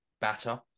batter